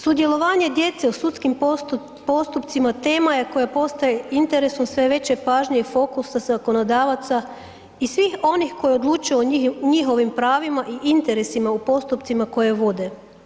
Sudjelovanje djece u sudskim postupcima tema je koja postaje interesom sve veće pažnje i fokusa zakonodavaca i svih onih koji odlučuju o njihovim pravima i interesima u postupcima koje vode.